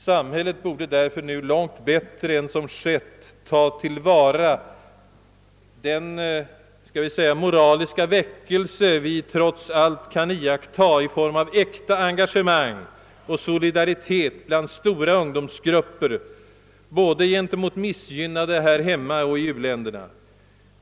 Samhället borde därför nu långt bättre än som skett ta till vara den moraliska väckelse vi trots allt kan iaktta i form av äkta engagemang och solidaritet bland stora ungdomsgrupper gentemot olika kategorier missgynnade såväl här hemma som i u-länderna.